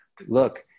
look